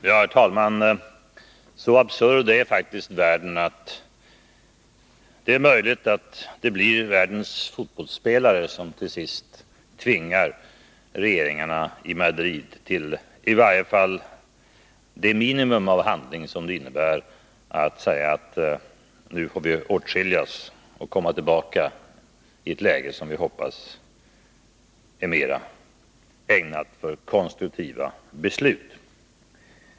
Herr talman! Så absurd är faktiskt världen att det är möjligt att det blir världens fotbollsspelare som till sist tvingar regeringen i Madrid till i varje fall det minimum av handling som det innebär att säga, att nu får vi åtskiljas och komma tillbaka i ett läge som vi hoppas är mera ägnat för konstruktiva beslut.